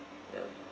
ya